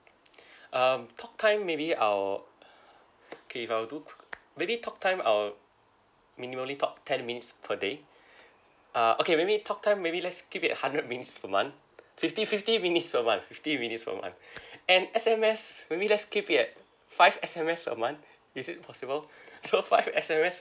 um talk time maybe I'll okay if I'll do maybe talk time I'll minimally talk ten minutes per day uh okay maybe talk time maybe let's keep it at hundred minutes per month fifty fifty minutes a month fifty minutes per month and S_M_S maybe let's keep it at five S_M_S per month is it possible so five S_M_S